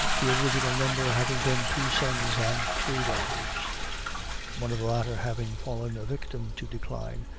the original number having been two sons and three daughters one of the latter having fallen a victim to decline,